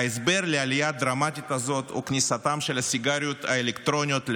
ההסבר לעלייה הדרמטית הזאת הוא כניסתן של הסיגריות האלקטרוניות לשוק,